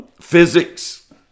Physics